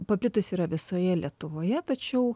paplitusi yra visoje lietuvoje tačiau